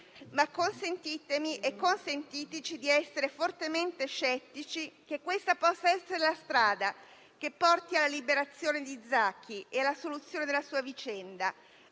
e consentitici, pur tuttavia, di essere fortemente scettici che questa possa essere la strada che porti alla liberazione di Zaki e alla soluzione della sua vicenda;